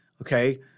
Okay